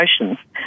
emotions